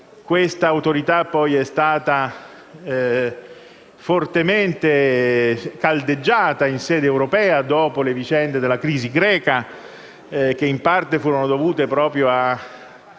genere, che, poi, è stata fortemente caldeggiata in sede europea, dopo le vicende della crisi greca, che in parte furono dovute proprio a